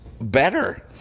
better